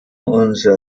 unser